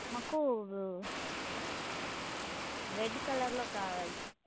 మాకు రెడ్ కలర్లో కావాలి